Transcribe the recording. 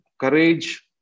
courage